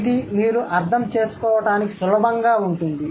ఇది మీరు అర్థం చేసుకోవడానికి సులభంగా ఉంటుంది